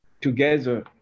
together